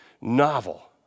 novel